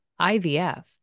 IVF